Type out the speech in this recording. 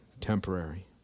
temporary